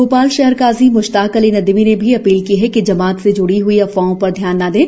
भोपाल शहर काजी म्श्ताक अली नदवी ने भी अपील की है जमात से जुड़ी हई अफवाहों पर ध्यान ना दें